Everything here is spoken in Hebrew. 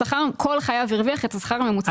שכר, כל חייו הרוויח את השכר הממוצע במשק.